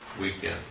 Weekend